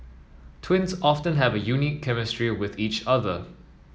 twins often have a unique chemistry with each other